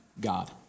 God